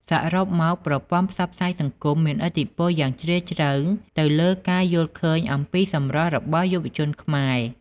សរុបមក ប្រព័ន្ធផ្សព្វផ្សាយសង្គមមានឥទ្ធិពលយ៉ាងជ្រាលជ្រៅទៅលើការយល់ឃើញអំពីសម្រស់របស់យុវជនខ្មែរ។